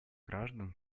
граждан